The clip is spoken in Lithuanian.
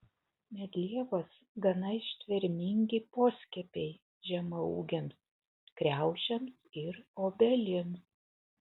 medlievos gana ištvermingi poskiepiai žemaūgėms kriaušėms ir obelims